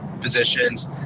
positions